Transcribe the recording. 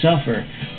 suffer